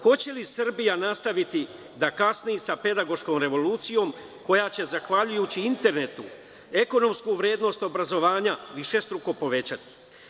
Hoće li Srbija nastaviti da kasni sa pedagoškom revolucijom, koja će zahvaljujući internetu ekonomsku vrednost obrazovanja višestruko povećati.